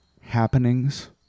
happenings